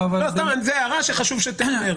זאת הערה שחשוב שתיאמר.